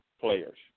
players